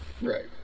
Right